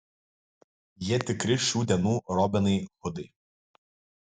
jie tikri šių dienų robinai hudai